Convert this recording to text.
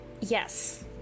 Yes